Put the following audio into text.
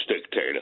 dictator